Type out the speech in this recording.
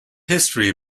history